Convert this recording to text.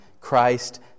Christ